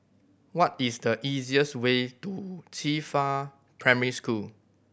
what is the easiest way to Qifa Primary School